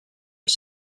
his